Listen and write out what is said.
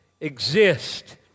exist